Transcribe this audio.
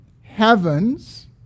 heavens